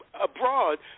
abroad